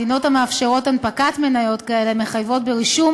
מדינות המאפשרות הנפקת מניות כאלה מחייבות ברישום